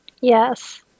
Yes